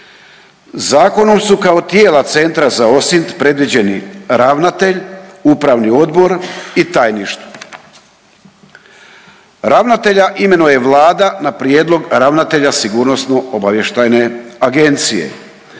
Zakonom su kao tijela centra za …/Govornik se ne razumije./… predviđeni ravnatelj, upravni odbor i tajništvo. Ravnatelja imenuje Vlada na prijedlog ravnatelja Sigurnosno-obavještajne agencije